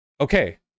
okay